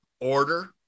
order